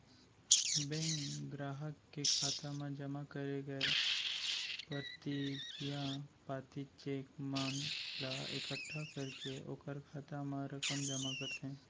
bank गराहक के खाता म जमा करे गय परतिगिया पाती, चेक मन ला एकट्ठा करके ओकर खाता म रकम जमा करथे